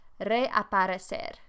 reaparecer